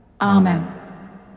Amen